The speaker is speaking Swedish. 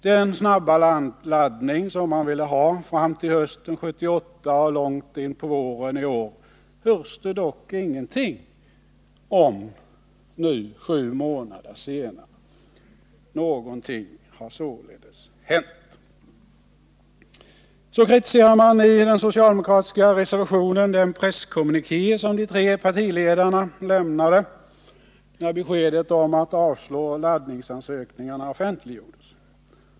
Den snabba laddning som de ville ha fram hösten 1978 och långt in på våren i år hörs det dock ingenting om nu sju månader senare. Någonting har således hänt. Så kritiseras i reservationen den presskommuniké som de tre partiledarna lämnade när beskedet om att avslå laddningsansökningarna offentliggjordes.